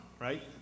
right